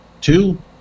Two